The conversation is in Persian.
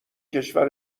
کشور